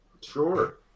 sure